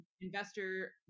investor